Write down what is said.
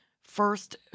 first